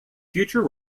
future